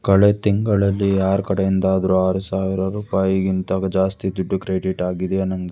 ಕಳೆದ ತಿಂಗಳಲ್ಲಿ ಯಾರ ಕಡೆಯಿಂದಾದರೂ ಆರು ಸಾವಿರ ರೂಪಾಯಿಗಿಂತ ಜಾಸ್ತಿ ದುಡ್ಡು ಕ್ರೆಡಿಟ್ ಆಗಿದೆಯಾ ನನ್ನ